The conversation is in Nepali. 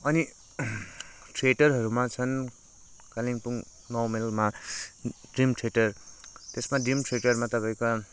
अनि थिएटरहरूमा छन् कालिम्पोङ नौ माइलमा ड्रिम थिएटर त्यसमा ड्रिम थिएटरमा तपाईँको